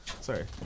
sorry